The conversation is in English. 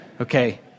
Okay